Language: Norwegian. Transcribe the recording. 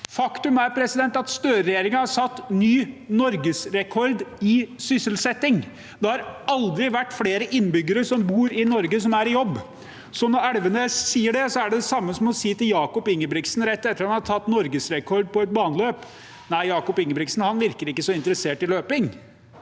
Faktum er at Støre-regjeringen har satt ny norgesrekord i sysselsetting. Det har aldri vært flere innbyggere som bor i Norge, som er i jobb. Når Elvenes sier det, er det det samme som å si til Jakob Ingebrigtsen, rett etter han har tatt norgesrekord på et baneløp, at han ikke virker så interessert i løping.